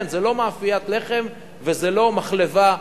זה לא מאפיית לחם וזה לא מחלבה,